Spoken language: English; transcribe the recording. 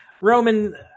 Roman